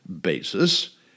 basis